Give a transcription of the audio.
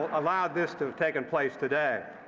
allowed this to have taken place today.